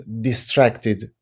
distracted